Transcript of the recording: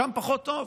שם פחות טוב.